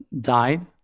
died